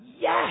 yes